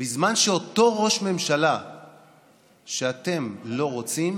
בזמן שאותו ראש ממשלה שאתם לא רוצים